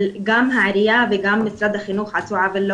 גם העירייה וגם משרד החינוך עשו עוול לא